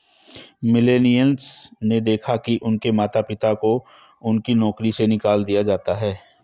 millennials ने देखा है कि उनके माता पिता को उनकी नौकरी से निकाल दिया जाता है